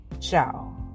Ciao